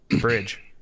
bridge